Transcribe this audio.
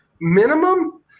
minimum